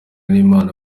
n’imana